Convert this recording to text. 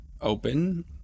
open